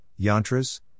yantras